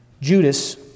Judas